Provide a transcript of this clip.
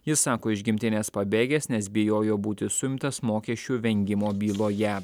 jis sako iš gimtinės pabėgęs nes bijojo būti suimtas mokesčių vengimo byloje